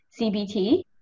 CBT